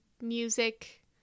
music